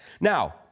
Now